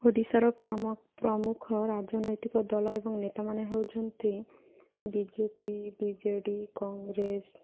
ଓଡ଼ିଶାର ପ୍ରମୁଖ ରାଜନୈତିକ ଦଳ ଏବଂ ନେତାମାନେ ହେଉଛନ୍ତି BJP BJD Congress